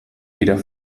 wieder